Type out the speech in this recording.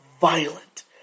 violent